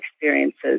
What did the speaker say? experiences